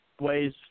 ways